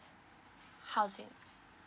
housing